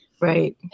right